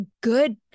good